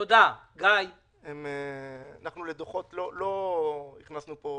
אנחנו לא רשאים להאריך מועדים לחשבוניות,